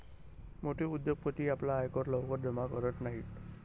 मोठे उद्योगपती आपला आयकर लवकर जमा करत नाहीत